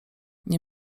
nie